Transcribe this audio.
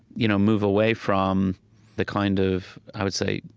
you know move away from the kind of, i would say,